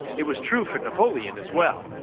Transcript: it was true for napoleon as well.